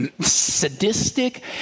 sadistic